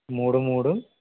మూడు మూడు